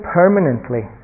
permanently